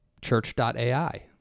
church.ai